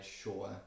sure